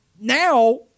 now